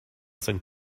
sankt